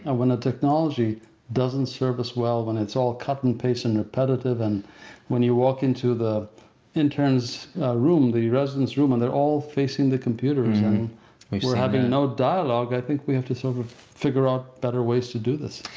ah when a technology doesn't serve us well when it's all cut and paste and repetitive and when you walk into the intern's room, the resident's room, and they're all facing the computers and we're having no dialogue, i think we have to sort of figure out better ways to do this.